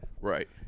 Right